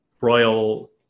royal